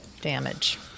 damage